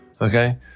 okay